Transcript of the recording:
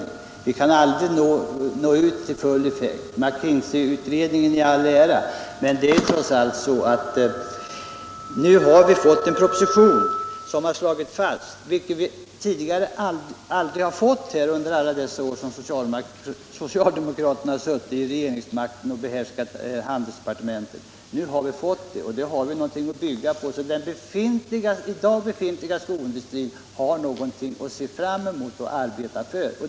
Vi kan aldrig nå upp till full effekt. Men nu har vi trots allt fått en proposition, vilket vi inte fick under alla de år som socialdemokraterna hade regeringsmakten och behärskade handelsdepartementet. Nu har vi någonting att bygga på, och den i dag befintliga skoindustrin har någonting att se fram emot och arbeta för.